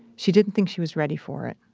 she didn't think she was ready for it